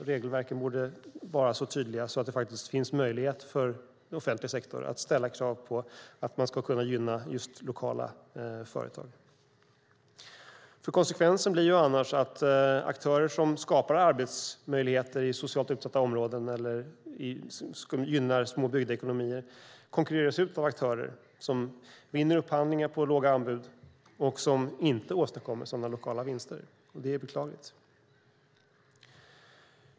Regelverken borde vara så tydliga att det faktiskt finns möjlighet för offentlig sektor att ställa krav på att just lokala företag ska gynnas. Konsekvensen blir annars att aktörer som skapar arbetsmöjligheter i socialt utsatta områden eller gynnar små bygdeekonomier konkurreras ut av aktörer som vinner upphandlingar på låga anbud och inte åstadkommer sådana lokala vinster. Det är beklagligt.